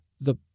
The